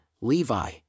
Levi